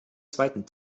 zweiten